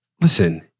listen